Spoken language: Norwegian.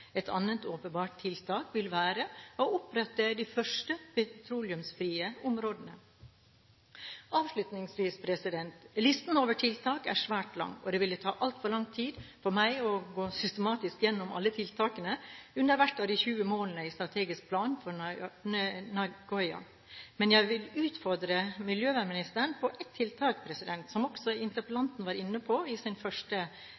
Et annet åpenbart tiltak vil være å opprette de første petroleumsfrie områdene. Avslutningsvis: Listen over tiltak er svært lang, og det vil ta altfor lang tid for meg å gå systematisk gjennom alle tiltakene under hvert av de 20 målene i strategisk plan fra Nagoya, men jeg vil utfordre miljøvernministeren på ett tiltak, som også